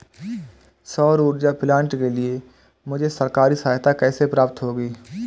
सौर ऊर्जा प्लांट के लिए मुझे सरकारी सहायता कैसे प्राप्त होगी?